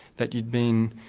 that you'd been